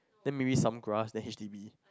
then maybe some grass then H_D_B